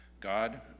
God